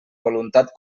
voluntat